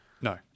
No